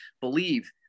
believe